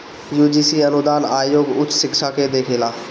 UGC अनुदान आयोग उच्च शिक्षा के देखेला